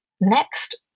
Next